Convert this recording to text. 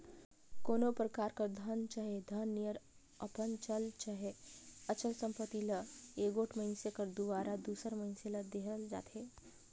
कोनो परकार कर धन चहे धन नियर अपन चल चहे अचल संपत्ति ल एगोट मइनसे कर दुवारा दूसर मइनसे ल देहल जाथे